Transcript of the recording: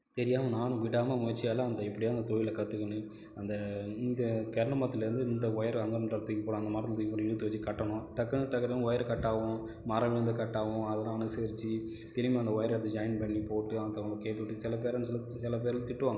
தெரியாமல் நானும் விடாமல் முயற்சியாலே அந்த எப்படியோ அந்த தொழில் கத்துக்குன்னு அந்த இந்த கரண்டு மரத்துலேருந்து இந்த ஓயரை அந்தாண்ட தூக்கி போடு அந்த மரத்தில் தூக்கி போட்டு இழுத்து வச்சு கட்டணும் டக்குன்னு டக்கு டக்குன்னு ஒயரு கட்டாவும் மரம் விழுந்து காட்டாவும் அதெல்லாம் அனுசரிச்சு திரும்பி அந்த ஒயரை எடுத்து ஜாயின் பண்ணி போட்டு அந்த அவங்க கேபிள் டிவி சிலப்பேர் என்ன சொல்லு சிலப்பேர்லாம் திட்டுவாங்க